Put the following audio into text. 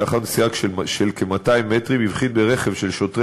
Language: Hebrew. כי לאחר נסיעה של כ-200 מטרים הוא הבחין ברכב של שוטרי